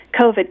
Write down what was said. COVID